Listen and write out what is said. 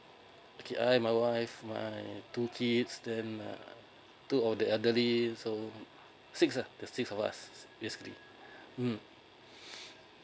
okay uh I my wife my two kids then uh two older elderly so six ah there six of us basically mmhmm